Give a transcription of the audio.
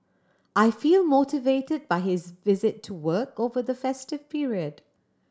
I feel motivated by his visit to work over the festive period